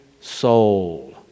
soul